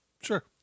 Sure